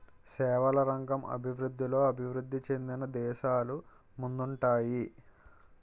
సేవల రంగం అభివృద్ధిలో అభివృద్ధి చెందిన దేశాలు ముందుంటాయి